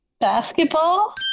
Basketball